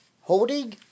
Holding